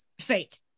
fake